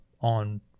on